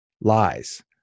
lies